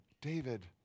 David